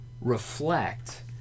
reflect